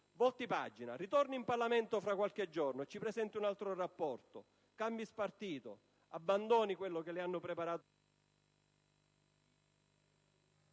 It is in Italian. volti pagina, ritorni in Parlamento fra qualche giorno, ci presenti un altro rapporto, cambi spartito, abbandoni quello che le hanno preparato...